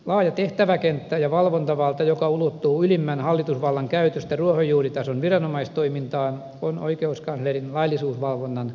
laaja tehtäväkenttä ja valvontavalta joka ulottuu ylimmän hallitusvallan käytöstä ruohonjuuritason viranomaistoimintaan on oikeuskanslerin laillisuusvalvonnan vahvuus